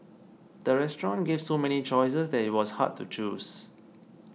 the restaurant gave so many choices that it was hard to choose